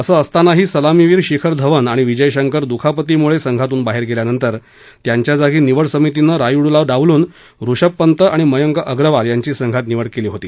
असं असतानाही सलामीवीर शिखर धवन आणि विजय शंकर दुखापतीमुळे संघातून बाहेर गेल्यानंतर त्यांच्या जागी निवड समितीनं रायुडूला डावलून ऋषभ पंत आणि मयंक अग्रवाल यांची संघात निवड केली होती